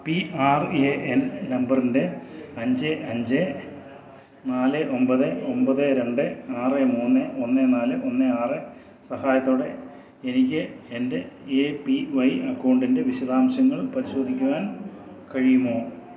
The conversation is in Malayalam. പി ആർ എ എൻ നമ്പറിൻ്റെ അഞ്ച് അഞ്ച് നാല് ഒമ്പത് ഒമ്പത് രണ്ട് ആറ് മൂന്ന് ഒന്ന് നാല് ഒന്ന് ആറ് സഹായത്തോടെ എനിക്ക് എൻ്റെ എ പി വൈ അക്കൗണ്ടിൻ്റെ വിശദാംശങ്ങൾ പരിശോധിക്കുവാൻ കഴിയുമോ